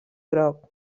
groc